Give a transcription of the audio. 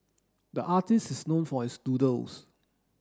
the artist is known for his doodles